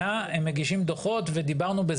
אנחנו בהחלט נראים כמי שמגישים ועומדים בדרישות.